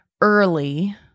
early